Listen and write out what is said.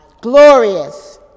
glorious